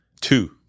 two